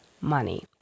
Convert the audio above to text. money